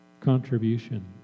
contribution